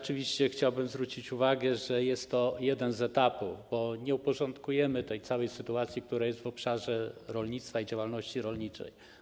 Chciałbym zwrócić uwagę, że jest to jeden z etapów, bo nie uporządkujemy tej całej sytuacji, która jest w obszarze rolnictwa i działalności rolniczej.